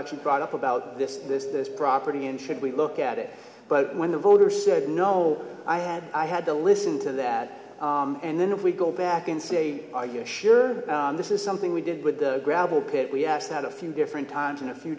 actually brought up about this this this property and should we look at it but when the voter said no i had i had to listen to that and then if we go back and say idea sure this is something we did with the gravel pit we have had a few different times in a few